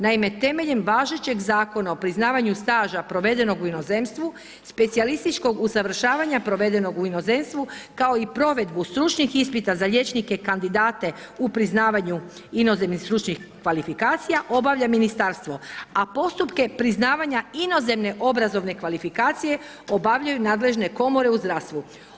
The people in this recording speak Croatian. Naime, temeljem važećeg Zakona o priznavanju staža provedenog u inozemstvu, specijalističkog usavršavanja provedenog u inozemstvu kao i provedbu stručnih ispita za liječnike kandidate u priznavanju inozemnih stručnih kvalifikacija obavlja Ministarstvo, a postupke priznavanja inozemne obrazovne kvalifikacije obavljaju nadležne komore u zdravstvu.